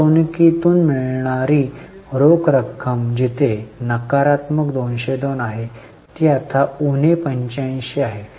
गुंतवणूकीतून मिळणारी रोख रक्कम जिथे नकारात्मक 202 आहे ती आता उणे 85 आहे